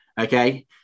Okay